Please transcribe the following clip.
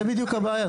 זה בדיוק הבעיה.